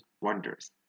wonders